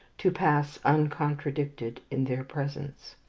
to pass uncontradicted in their presence.